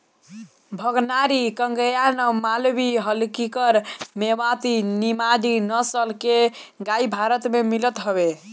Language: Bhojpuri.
भगनारी, कंगायम, मालवी, हल्लीकर, मेवाती, निमाड़ी नसल के गाई भारत में मिलत हवे